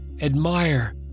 admire